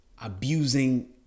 abusing